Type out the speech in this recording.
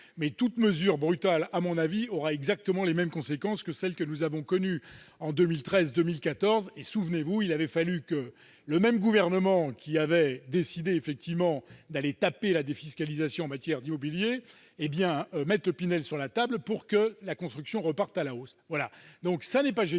mais toute mesure brutale, à mon avis, aura exactement les mêmes conséquences qu'en 2013 et en 2014. Or, souvenez-vous, il avait fallu que le même gouvernement qui avait décidé de frapper sur la défiscalisation en matière d'immobilier mette le Pinel sur la table pour que la construction reparte. En un